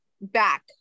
back